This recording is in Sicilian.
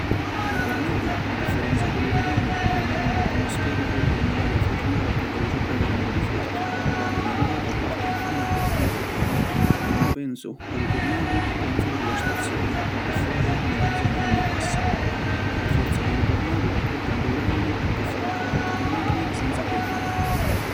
Lu tornadu a differenza di l’ Uraganu è un eventu atmosfericu unni l’aria firrìa a velocità veramenti forti e havi na durata curta di na pocu di uri. Quannu pensu a lu tornadu pensu a la divastazioni ca pò fari ni la zona unni passa. La forza di lu tornadu è tantu granni ca pò fari accapputtari machini senza problemi.